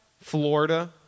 Florida